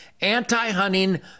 anti-hunting